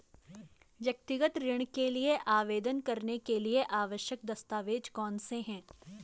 व्यक्तिगत ऋण के लिए आवेदन करने के लिए आवश्यक दस्तावेज़ कौनसे हैं?